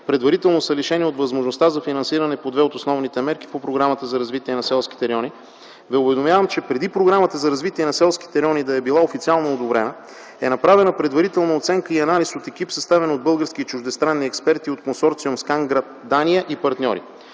предварително са лишени от възможността за финансиране по две от основните мерки по Програмата за развитие на селските райони, Ви уведомявам, че преди Програмата за развитие на селските райони да е била официално одобрена, е направена предварителна оценка и анализ от екип, съставен от български и чуждестранни експерти от Консорциум „Сканагри Дания и партньори”.